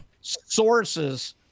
sources